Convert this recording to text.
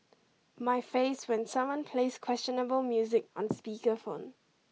my face when someone plays questionable music on speaker phone